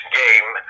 game